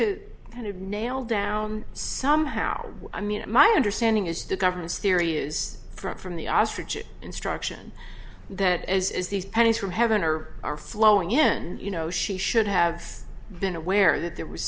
to kind of nail down somehow i mean my understanding is the government's theory is that from the ostrich instruction that is is these pennies from heaven or are flowing in you know she should have been aware that there was